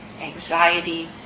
anxiety